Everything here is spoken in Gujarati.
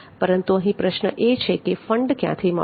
પરંતુ અહીં પ્રશ્ન એ છે કે ફંડ ક્યાંથી મળશે